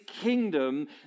kingdom